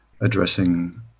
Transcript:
addressing